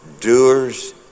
Doers